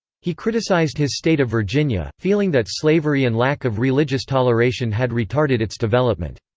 he criticized his state of virginia, feeling that slavery and lack of religious toleration had retarded its development.